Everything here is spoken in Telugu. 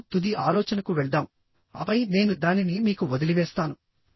ఇప్పుడు తుది ఆలోచనకు వెళ్దాం ఆపై నేను దానిని మీకు వదిలివేస్తాను